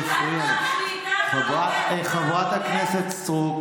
הוא לא יקרא לקצין צה"ל